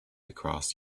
across